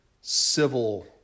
civil